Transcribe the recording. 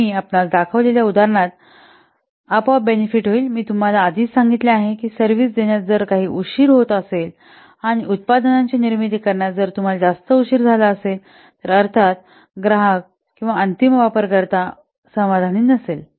मी आपणास दाखवलेल्या उदाहरणात आपोआप बेनेफिट होईल मी तुम्हाला आधीच सांगितले आहे कि सर्व्हिस देण्यास जर काही उशीर होत असेल आणि उत्पादनांची निर्मिती करण्यात जर तुम्हाला जास्त उशीर झाला असेल तर अर्थात ग्राहक अंतिम वापर कर्ता समाधानी नसेल